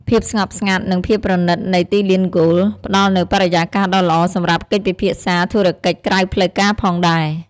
ភាពស្ងប់ស្ងាត់ និងភាពប្រណីតនៃទីលានហ្គោល ផ្ដល់នូវបរិយាកាសដ៏ល្អសម្រាប់កិច្ចពិភាក្សាធុរកិច្ចក្រៅផ្លូវការផងដែរ។